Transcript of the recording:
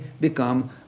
become